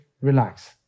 relax